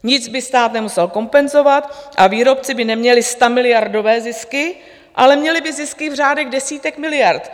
Nic by stát nemusel kompenzovat a výrobci by neměli stamiliardové zisky, ale měli by zisky v řádech desítek miliard.